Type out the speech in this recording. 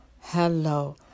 hello